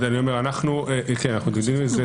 אנחנו מתנגדים לזה.